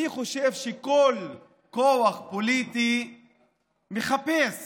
אני חושב שכל כוח פוליטי מחפש